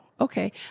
okay